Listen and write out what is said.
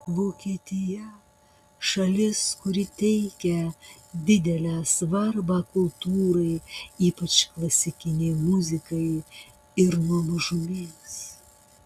vokietija šalis kuri teikia didelę svarbą kultūrai ypač klasikinei muzikai ir nuo mažumės